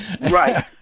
Right